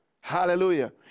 Hallelujah